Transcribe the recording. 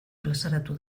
plazaratu